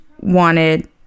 wanted